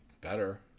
better